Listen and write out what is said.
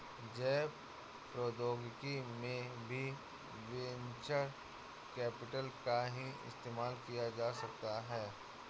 जैव प्रौद्योगिकी में भी वेंचर कैपिटल का ही इस्तेमाल किया जा रहा है